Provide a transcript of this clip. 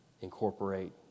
incorporate